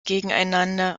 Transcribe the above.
gegeneinander